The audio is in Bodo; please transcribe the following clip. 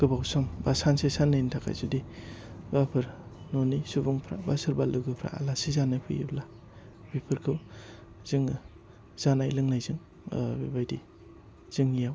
गोबाव सम बा सानसे साननैनि थाखाय जुदि सोरबाफोर न'नि सुबुंफ्रा बा सोरबा लोगोफ्रा आलासि जानो फैयोब्ला बेफोरखौ जोङो जानाय लोंनायजों बेबायदि जोंनियाव